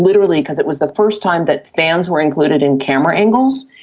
literally because it was the first time that fans were included in camera angles.